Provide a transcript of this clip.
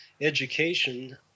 education